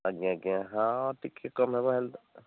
ଆଜ୍ଞା ଆଜ୍ଞା ହଁ ଟିକେ କମ୍ ନେବା ହେଲେ ତ